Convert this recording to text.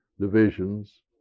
divisions